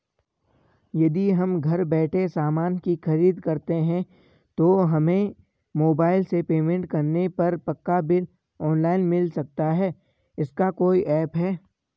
यदि हम घर बैठे सामान की खरीद करते हैं तो हमें मोबाइल से पेमेंट करने पर पक्का बिल ऑनलाइन मिल सकता है इसका कोई ऐप है